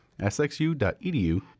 sxu.edu